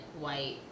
white